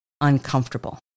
uncomfortable